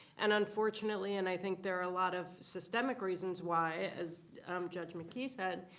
and unfortunately, and i think there are a lot of systemic reasons why. as judge mckee said,